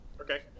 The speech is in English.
Okay